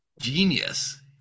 Genius